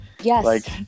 Yes